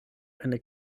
eine